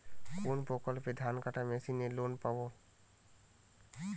কোন প্রকল্পে ধানকাটা মেশিনের লোন পাব?